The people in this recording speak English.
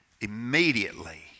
Immediately